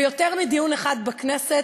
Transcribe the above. ביותר מדיון אחד בכנסת,